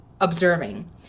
observing